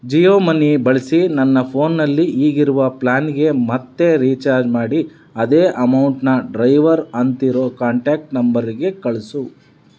Jio money ಬಳಸಿ ನನ್ನ ಫೋನ್ನಲ್ಲಿ ಈಗಿರೋ ಪ್ಲಾನ್ಗೆ ಮತ್ತೆ ರೀಚಾರ್ಜ್ ಮಾಡಿ ಅದೇ ಅಮೌಂಟ್ನ ಡ್ರೈವರ್ ಅಂತಿರೋ ಕಾಂಟ್ಯಾಕ್ಟ್ ನಂಬರ್ಗೆ ಕಳಿಸು